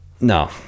no